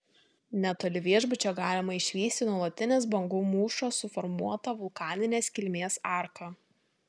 netoli viešbučio galima išvysti nuolatinės bangų mūšos suformuotą vulkaninės kilmės arką